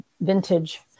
vintage